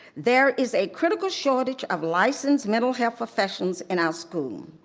there is a critical shortage of licensed mental health professionals in our school.